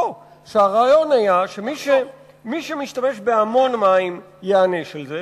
לכך שמי שמשתמש בהרבה מים ייענש על זה,